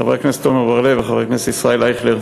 חבר הכנסת עמר בר-לב וחבר הכנסת ישראל אייכלר.